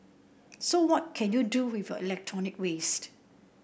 so what can you do with your electronic waste